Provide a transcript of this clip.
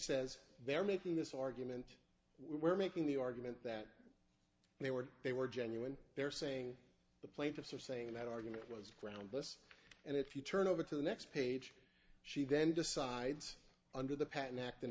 says they're making this argument we're making the argument that they were they were genuine they're saying the plaintiffs are saying that argument was groundless and if you turn over to the next page she then decides under the patent act